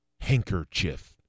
handkerchief